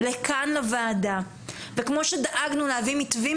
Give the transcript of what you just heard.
לכאן לוועדה וכמו שדאגנו להביא מתווים